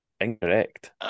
Incorrect